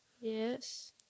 yes